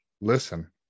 listen